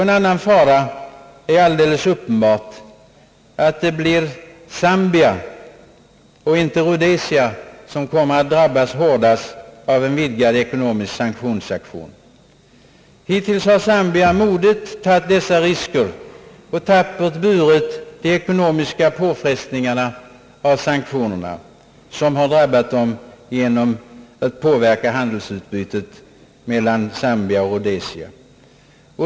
En annan fara är att det inte blir Rhodesia utan grannlandet Zambia som kommer att drabbas hårdast av en vidgad ekonomisk sanktionsaktion. Hittills har Zambia modigt tagit dessa risker och tappert burit de ekonomiska påfrestningarna av sanktionerna som har drabbat dem genom att påverka handelsutbytet meilan Zambia och Rhodesia.